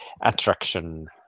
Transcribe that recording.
attraction